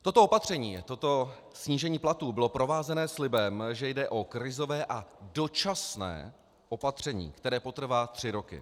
Toto opatření, toto snížení platů bylo provázeno slibem, že jde o krizové a dočasné opatření, které potrvá tři roky.